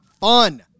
fun